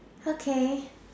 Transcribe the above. okay